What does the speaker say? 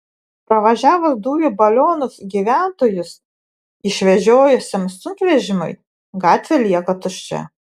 pravažiavus dujų balionus gyventojus išvežiojusiam sunkvežimiui gatvė lieka tuščia